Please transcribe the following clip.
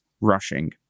rushing